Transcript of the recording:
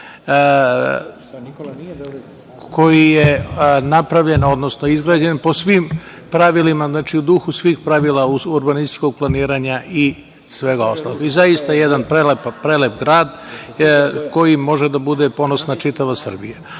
koji je napravljen, odnosno izgrađen po svim pravilima, u duhu svih pravila urbanističkog planiranja i svega ostalog i zaista jedan prelep grad koji može da bude ponos čitave Srbije.